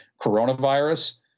coronavirus